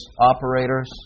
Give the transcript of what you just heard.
operators